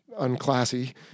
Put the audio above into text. unclassy